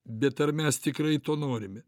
bet ar mes tikrai to norime